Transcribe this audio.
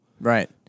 Right